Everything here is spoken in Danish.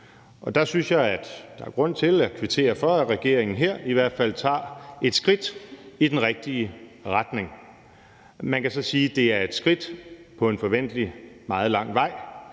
der er grund til at kvittere for, at regeringen her i hvert fald tager et skridt i den rigtige retning. Man kan så sige, at det er et skridt på en forventeligt meget lang vej,